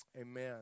Amen